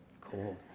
Cool